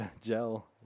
gel